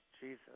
Jesus